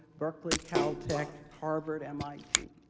berkeley, caltech, harvard, mit,